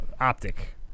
Optic